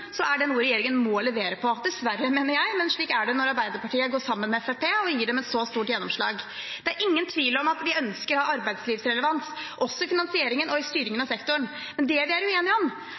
er det noe regjeringen må levere på – dessverre, mener jeg, men slik er det når Arbeiderpartiet går sammen med Fremskrittspartiet og gir dem et så stort gjennomslag. Det er ingen tvil om at vi ønsker å ha arbeidslivsrelevans også i finansieringen og styringen av sektoren. Det vi er